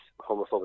homophobic